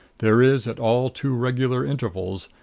there is, at all too regular intervals,